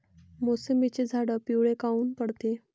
मोसंबीचे झाडं पिवळे काऊन पडते?